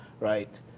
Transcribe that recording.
right